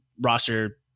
roster